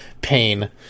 pain